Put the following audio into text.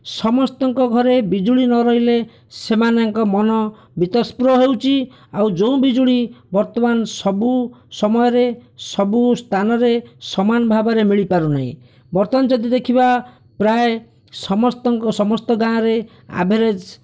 ସମସ୍ତଙ୍କ ଘରେ ବିଜୁଳି ନ ରହିଲେ ସେମାନଙ୍କ ମନ ବୀତସ୍ପୃର ହେଉଛି ଆଉ ଯେଉଁ ବିଜୁଳି ବର୍ତ୍ତମାନ ସବୁ ସମୟରେ ସବୁ ସ୍ଥାନରେ ସମାନ ଭାବରେ ମିଳିପାରୁନାହିଁ ବର୍ତ୍ତମାନ ଯଦି ଦେଖିବା ପ୍ରାୟ ସମସ୍ତଙ୍କ ସମସ୍ତ ଗାଁରେ ଆଭରେଜ